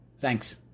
Thanks